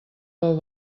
pel